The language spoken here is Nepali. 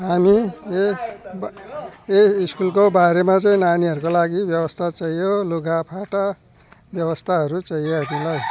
हामी यही ब यही स्कुलको बारेमा चाहिँ नानीहरूको लागि व्यवस्था चहियो लुगाफाटा व्यवस्थाहरू चहियो हामीलाई